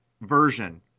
version